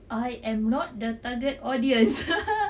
I am not the target audience